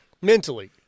Mentally